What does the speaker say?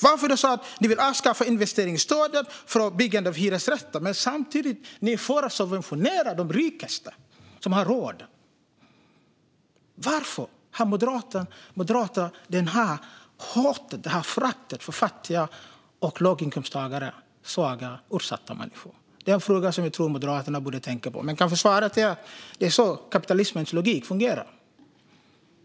Varför vill ni avskaffa investeringsstödet för byggande av hyresrätter samtidigt som ni är för att subventionera de rikaste, som har råd? Varför har Moderaterna detta hat och förakt för fattiga, låginkomsttagare och svaga och utsatta människor? Detta är en fråga som jag tror att Moderaterna borde tänka på. Men svaret kanske är att det är så kapitalismens logik fungerar.